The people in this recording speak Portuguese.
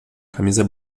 camisa